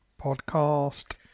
Podcast